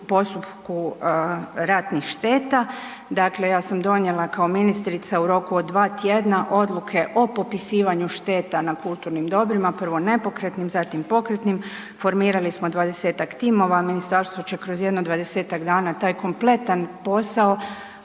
postupku ratnih šteta. Dakle, ja sam donijela kao ministrica u roku od 2 tjedna odluke o popisivanju šteta na kulturnim dobrima, prvo nepokretnim, zatim pokretnim, formirali smo 20-tak timova, ministarstvo će kroz jedno 20-tak dana taj kompletan posao